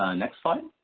ah next slide.